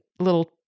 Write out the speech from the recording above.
little